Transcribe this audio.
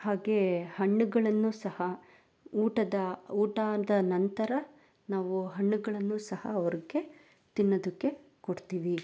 ಹಾಗೇ ಹಣ್ಣುಗಳನ್ನು ಸಹ ಊಟದ ಊಟ ಆದ ನಂತರ ನಾವು ಹಣ್ಣುಗಳನ್ನು ಸಹ ಅವ್ರಿಗೆ ತಿನ್ನೋದಕ್ಕೆ ಕೊಡ್ತೀವಿ